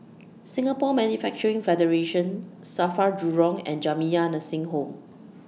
Singapore Manufacturing Federation SAFRA Jurong and Jamiyah Nursing Home